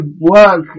work